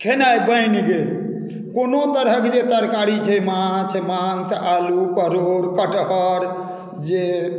खेनाइ बनि गेल कोनो तरहक जे तरकारी छै माछ माँस आलू परोर कटहर जे